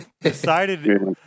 decided